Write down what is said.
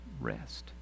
rest